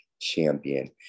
champion